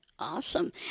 Awesome